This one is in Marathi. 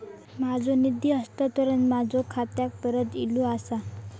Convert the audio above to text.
माझो निधी हस्तांतरण माझ्या खात्याक परत इले आसा